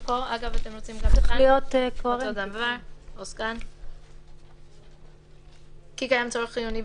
ומצא נשיא או סגן בית משפט כי קיים צורך חיוני,